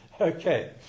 Okay